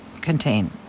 contain